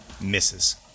Misses